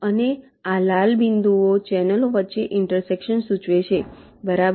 અને આ લાલ બિંદુઓ ચેનલો વચ્ચે ઇન્ટરસેક્શન સૂચવે છે બરાબર